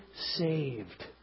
saved